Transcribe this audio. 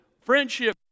Friendship